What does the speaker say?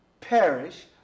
Perish